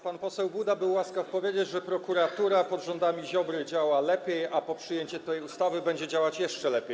Pan poseł Buda był łaskaw powiedzieć, że prokuratura pod rządami Ziobry działa lepiej, a po przyjęciu tej ustawy będzie działać jeszcze lepiej.